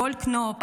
גולדקנופ,